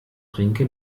trinke